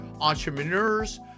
Entrepreneurs